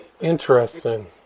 Interesting